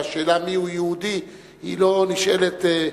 והשאלה מיהו יהודי לא נשאלת,